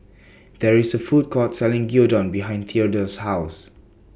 There IS A Food Court Selling Gyudon behind Theadore's House